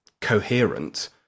coherent